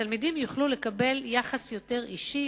שתלמידים יוכלו לקבל יחס יותר אישי,